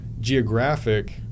geographic